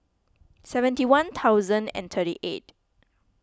seventy one thousand and thirty eight